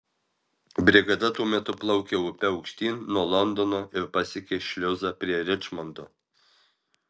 brigada tuo metu plaukė upe aukštyn nuo londono ir pasiekė šliuzą prie ričmondo